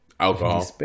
Alcohol